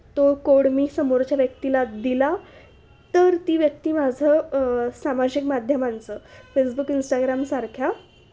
तो कोड मी समोरच्या व्यक्तीला दिला तर ती व्यक्ती माझं सामाजिक माध्यमांचं फेसबुक इंस्टाग्रामसारख्या